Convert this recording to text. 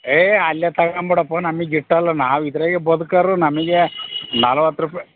ಹೇ ಅಲ್ಲೇ ತಗಂಬಿಡಪ್ಪೋ ನಮಗ್ ಗಿಟ್ಟೋಲ್ಲ ನಾವು ಇದರಾಗೆ ಬದ್ಕೋರು ನಮಗೆ ನಲ್ವತ್ತು ರೂಪಾಯಿ